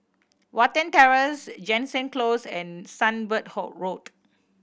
Watten Terrace Jansen Close and Sunbird Hall Road